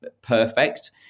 perfect